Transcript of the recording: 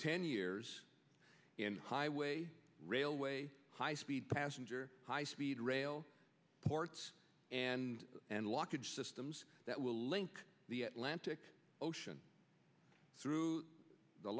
ten years in highway railway high speed passenger high speed rail ports and and walk in systems that will link the atlantic ocean through the